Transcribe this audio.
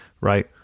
right